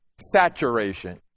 saturation